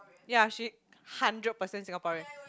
ya she hundred percent Singaporean